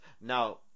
now –